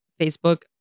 Facebook